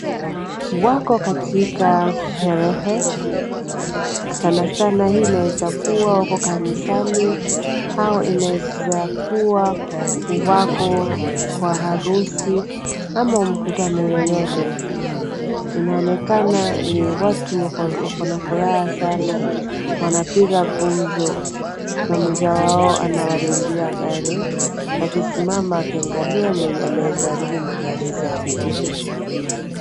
Wako katika sherehe, sana sana hii inaweza kuwa kanisani, au inawezakuwa wako kwa harusi ama mkutano yoyote. Inaonekana ni watu wako na furaha sana, wanapiga gumzo na mmoja wao anawalindia gari. Akisimama akiangalia mwenye anaeza haribu magari zao.